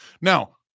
Now